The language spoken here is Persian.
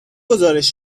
گزارش